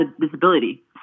disability